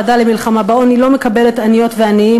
הוועדה למלחמה בעוני לא מקבלת עניות ועניים